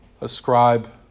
ascribe